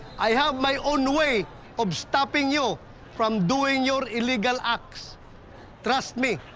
i have my own way of stopping you from doing your illegal acts trust me,